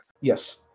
Yes